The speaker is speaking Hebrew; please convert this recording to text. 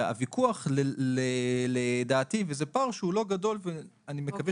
הוויכוח לדעתי וזה פער שהוא לא גדול ואני מקווה